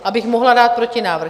Abych mohla dát protinávrh.